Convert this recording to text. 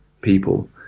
people